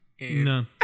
No